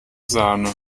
sahne